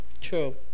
True